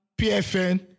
PFN